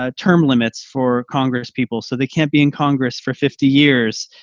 ah term limits for congress people, so they can't be in congress for fifty years,